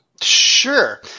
sure